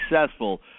successful